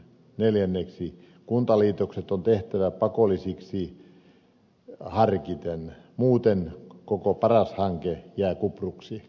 neljänneksi kuntaliitokset on tehtävä pakollisiksi harkiten muuten koko paras hanke jää kupruksi